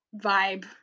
vibe